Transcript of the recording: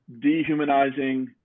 dehumanizing